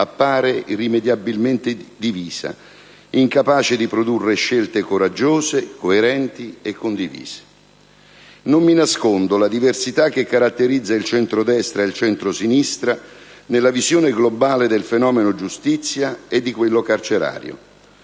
appare irrimediabilmente divisa, incapace di produrre scelte coraggiose, coerenti e condivise». Non mi nascondo la diversità che caratterizza il centrodestra e il centrosinistra nella visione globale del fenomeno giustizia e di quello carcerario;